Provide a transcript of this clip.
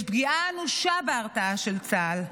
יש פגיעה אנושה בהרתעה של צה"ל.